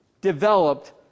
developed